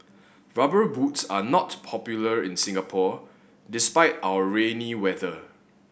Rubber Boots are not popular in Singapore despite our rainy weather